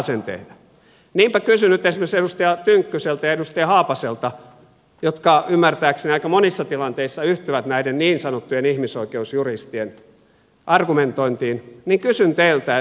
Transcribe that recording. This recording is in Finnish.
niinpä kysyn nyt esimerkiksi edustaja tynkkyseltä ja edustaja haapaselta jotka ymmärtääkseni aika monissa tilanteissa yhtyvät näiden niin sanottujen ihmisoikeusjuristien argumentointiin kysyn teiltä